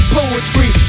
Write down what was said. poetry